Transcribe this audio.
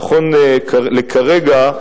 נכון לכרגע,